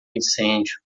incêndio